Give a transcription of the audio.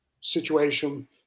situation